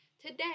Today